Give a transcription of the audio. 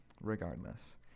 regardless